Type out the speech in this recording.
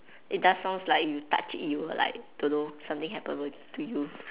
it does sound like you touch it you will like don't know something happen to you